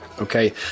Okay